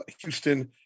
Houston